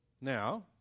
Now